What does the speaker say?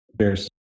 Cheers